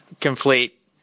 complete